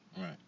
Right